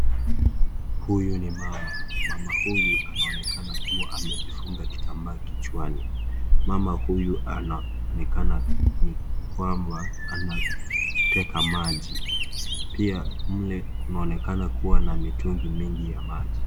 Huyu ni mama. Mama huyu anaonekana kuwa amejifunga kitambaa kichwai. Mama huyu anaonekana ni kwamba anateka maji. Pia mle kunaonekana kuwa na mitungi mingi ya maji.